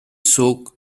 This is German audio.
zog